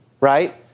right